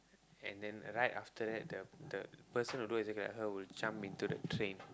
and the right after that the the person who look exactly like her would jump into the train